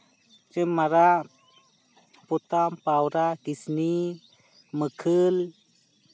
ᱥᱮ ᱢᱟᱨᱟᱜ ᱯᱚᱛᱟᱢ ᱯᱟᱣᱨᱟ ᱠᱤᱥᱱᱤ ᱢᱟᱹᱠᱟᱹᱞ